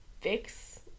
fix